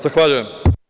Zahvaljujem.